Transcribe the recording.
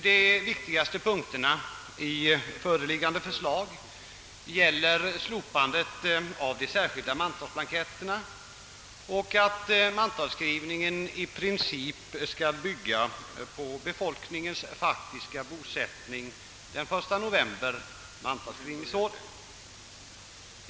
De viktigaste punkterna i föreliggande förslag gäller slopandet av de särskilda mantalsblanketterna och att mantalsskrivningen i princip skall bygga på befolkningens faktiska bosättning den 1 november mantalsskrivningsåret.